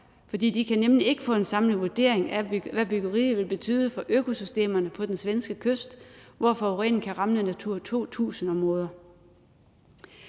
fordi de nemlig ikke kan få en samlet vurdering af, hvad byggeriet vil betyde for økosystemerne på den svenske kyst, hvor forureningen kan ramme Natura 2000-områder.